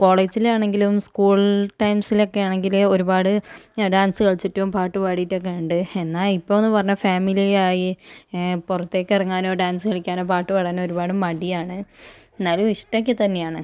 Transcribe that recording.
കോളേജിലാണെങ്കിലും school ടൈമ്സിലൊക്കെ ആണെങ്കില് ഒരുപാട് ഞാൻ ഡാൻസ് കളിച്ചിട്ടും പാട്ടുപാടിയിട്ടും ഒക്കെ ഉണ്ട് എന്നാൽ ഇപ്പോൾ എന്ന് പറഞ്ഞാ ഫാമിലിയായി പുറത്തേക്ക് ഇറങ്ങാനോ ഡാൻസ് കളിക്കാനോ പാട്ടുപാടാനോ ഒരുപാട് മടിയാണ് എന്നാലും ഇഷ്ടം ഒക്കെ തന്നെയാണ്